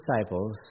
disciples